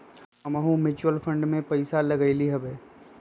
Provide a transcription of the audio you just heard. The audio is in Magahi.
हमहुँ म्यूचुअल फंड में पइसा लगइली हबे